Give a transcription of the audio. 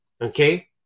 okay